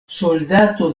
soldato